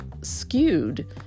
skewed